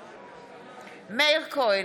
בעד מאיר כהן,